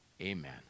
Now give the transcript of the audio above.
Amen